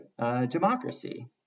Democracy